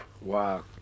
Wow